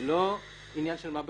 זה לא עניין של מה בכך.